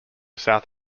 south